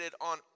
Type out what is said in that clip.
on